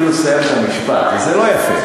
את לא נותנת אפילו לסיים את המשפט וזה לא יפה.